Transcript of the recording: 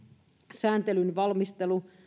sääntelyn valmistelu